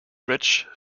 bridge